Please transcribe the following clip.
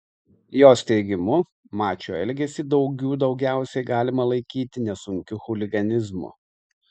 jos teigimu mačio elgesį daugių daugiausiai galima laikyti nesunkiu chuliganizmu